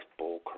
bullcrap